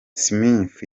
smith